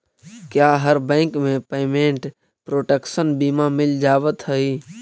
क्या हर बैंक में पेमेंट प्रोटेक्शन बीमा मिल जावत हई